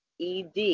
ED